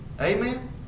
Amen